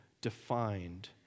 defined